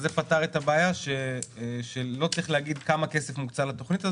אז זה פתר את הבעיה שלא צריך להגיד כמה כסף מוקצה לתוכנית הזאת.